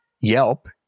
Yelp